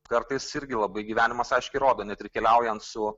kartais irgi labai gyvenimas aiškiai rodo net ir keliaujant su